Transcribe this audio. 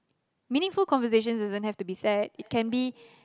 meaningful conversations doesn't have to be sad it can be